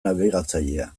nabigatzailea